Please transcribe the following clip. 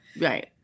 Right